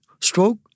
stroke